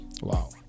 Wow